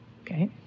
Okay